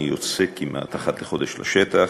אני יוצא כמעט אחת לחודש לשטח,